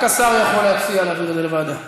אבל רק השר יכול להציע להעביר את זה לוועדה.